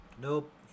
Nope